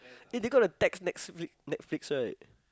it did they got to text Netflix Netflix right